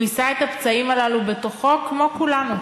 הוא יישא את הפצעים הללו בתוכו כמו כולנו,